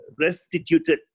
restituted